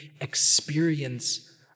experience